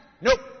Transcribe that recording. Nope